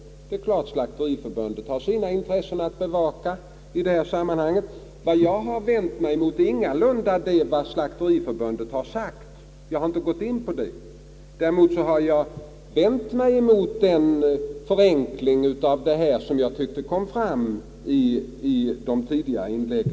Det är klart att Slakteriförbundet har sina intressen att bevaka i sammanhanget. Vad jag har vänt mig mot är ingalunda vad Slakteriförbundet har sagt — jag har inte gått in på det. Däremot har jag vänt mig mot den beskrivning som kom fram i tidigare inlägg.